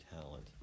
talent